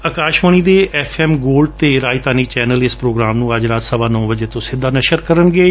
ਅਕਾਸ਼ਵਾਣੀ ਦੇ FM Gold ਅਤੇ Rajdhani channel ਇਸ ਪ੍ਰੋਗਰਾਮ ਨੂੰ ਅੱਜ ਰਾਤ ਸਵਾ ਨੌ ਵਜੇ ਤੋਂ ਸਿੱਧਾ ਨਜਰ ਕਰਣਗੇ